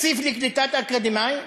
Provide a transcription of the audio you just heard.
תקציב לקליטת אקדמאים,